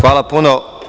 Hvala puno.